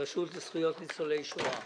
הרשות לזכויות ניצולי שואה.